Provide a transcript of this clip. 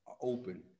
open